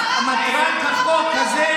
הצעת החוק הזאת